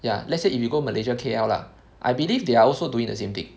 ya let's say if you go Malaysia K_L lah I believe they are also doing the same thing